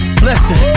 Listen